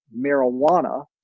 marijuana